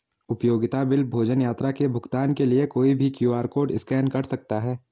उपयोगिता बिल, भोजन, यात्रा के भुगतान के लिए कोई भी क्यू.आर कोड स्कैन कर सकता है